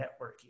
networking